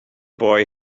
boy